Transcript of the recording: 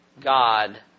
God